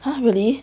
!huh! really